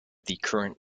current